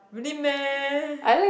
really meh